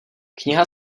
kniha